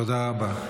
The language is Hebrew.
תודה רבה.